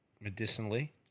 medicinally